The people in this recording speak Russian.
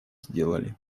сделали